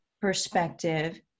perspective